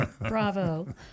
Bravo